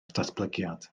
datblygiad